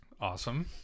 awesome